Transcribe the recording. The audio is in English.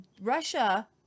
Russia